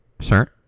Sir